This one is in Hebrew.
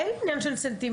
אין זה עניין של סנטימנט,